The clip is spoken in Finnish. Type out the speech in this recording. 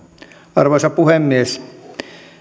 arvoisa puhemies